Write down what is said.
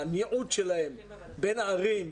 הניעות שלהם בין הערים,